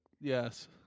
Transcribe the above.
Yes